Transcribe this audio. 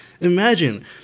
imagine